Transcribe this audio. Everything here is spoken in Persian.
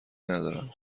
ندارم